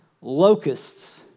locusts